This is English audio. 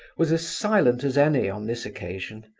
was as silent as any on this occasion,